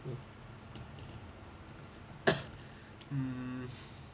um